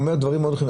זאת השאלה המרכזית.